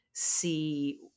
see